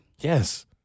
Yes